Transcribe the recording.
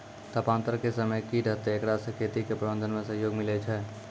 तापान्तर के समय की रहतै एकरा से खेती के प्रबंधन मे सहयोग मिलैय छैय?